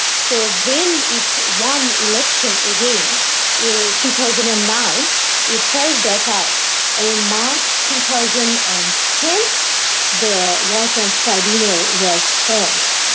so when it won election again in two thousand and nine it carried that out. and in march two thousand and ten the war crimes tribunal was formed.